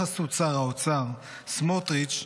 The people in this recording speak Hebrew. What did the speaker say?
בחסות שר האוצר סמוטריץ',